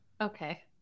Okay